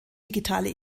digitale